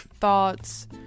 thoughts